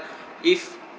if